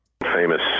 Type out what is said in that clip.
Famous